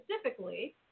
specifically